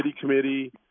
committee